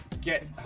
get